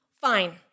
fine